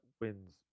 wins